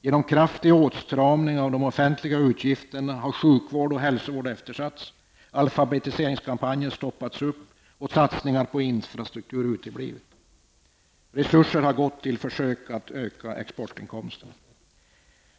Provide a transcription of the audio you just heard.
Genom kraftig åtstramning av de offentliga utgifterna har sjuk och hälsovård eftersatts, alfabetiseringskampanjer stoppats och satsningar på infrastruktur uteblivit. Resurserna har gått åt för att försöka öka exportinkomsterna.